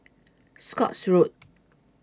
Scotts Road